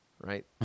right